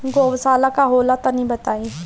गौवशाला का होला तनी बताई?